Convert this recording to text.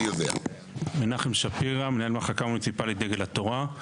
מנחם שפירא, מנהל מחלקה מוניציפלית דגל התורה.